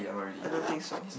I don't think so